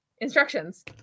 Instructions